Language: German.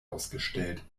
ausgestellt